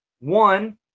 One